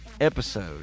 episode